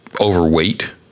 overweight